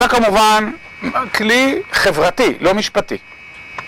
זה כמובן כלי חברתי, לא משפטי.